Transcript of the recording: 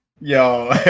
Yo